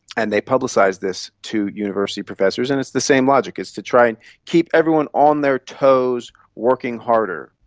and they publicise this to university professors, and it's the same logic, it's to try and keep everyone on their toes, working harder,